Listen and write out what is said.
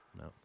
No